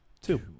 Two